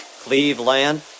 Cleveland